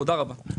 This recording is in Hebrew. תודה רבה.